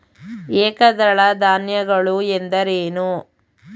ಏಕದಳ ಧಾನ್ಯಗಳು ಎಂದರೇನು?